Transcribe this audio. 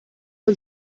man